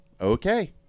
Okay